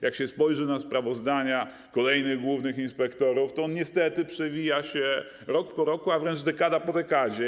Jak się spojrzy na sprawozdania kolejnych głównych inspektorów, to on niestety przewija się rok po roku, a wręcz dekada po dekadzie.